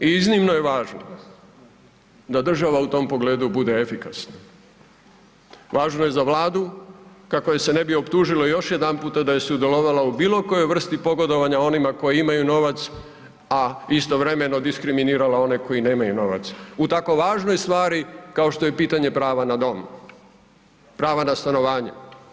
I iznimno je važno da država u tom pogledu bude efikasna, važno je za vlada kako je se ne bi optužilo još jedanputa da je sudjelovala u bilo kojoj vrsti pogodovanja onima koji imaju novac, a istovremeno diskriminirala one koji nemaju novac u tako važnoj stvari kao što je pitanje prava na dom, prava na stanovanje.